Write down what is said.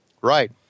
Right